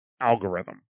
algorithm